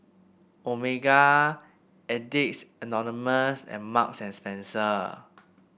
Omega Addicts Anonymous and Marks and Spencer